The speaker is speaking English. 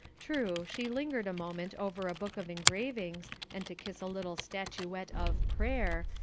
true, she lingered a moment over a book of engravings, and to kiss a little statuette of prayer,